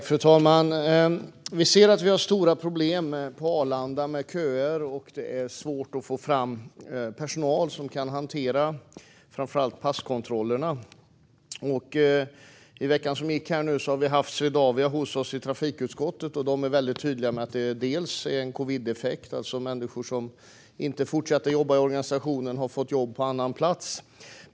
Fru talman! Vi ser att vi har stora problem med köer på Arlanda. Det är svårt att få fram personal som kan hantera framför allt passkontrollerna. I veckan som gick har vi haft Swedavia hos oss i trafikutskottet, och de är väldigt tydliga med att det delvis är en covideffekt, alltså för att människor inte fortsätter att jobba i organisationen och har fått jobb på annan plats.